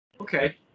Okay